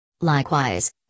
Likewise